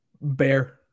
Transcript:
bear